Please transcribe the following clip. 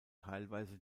teilweise